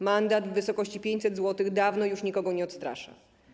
Mandat w wysokości 500 zł dawno już nikogo nie odstrasza.